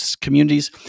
communities